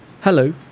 Hello